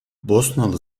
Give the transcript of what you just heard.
bosnalı